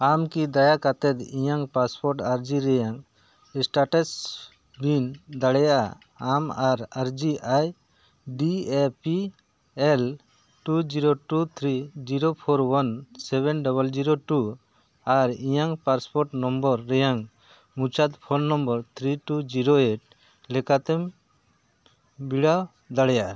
ᱟᱢ ᱠᱤ ᱫᱟᱭᱟ ᱠᱟᱛᱮᱫ ᱤᱧᱟᱹᱜ ᱯᱟᱥᱯᱳᱨᱴ ᱟᱨᱡᱤ ᱨᱮᱭᱟᱝ ᱮᱥᱴᱮᱴᱟᱥ ᱞᱤᱱ ᱫᱟᱲᱮᱭᱟᱜᱼᱟ ᱟᱢ ᱟᱨ ᱟᱨᱡᱤ I D A P L two zero two three zero four one seven double zero two ᱟᱨ ᱤᱧᱟᱹᱜ ᱯᱟᱥᱯᱳᱨᱴ ᱱᱚᱢᱵᱚᱨ ᱨᱮᱭᱟᱝ ᱢᱩᱪᱟᱹᱫ phone number three two zero eight ᱞᱮᱠᱟᱛᱮᱢ ᱵᱤᱰᱟᱹᱣ ᱫᱟᱲᱮᱭᱟᱜᱼᱟ